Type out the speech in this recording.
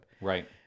Right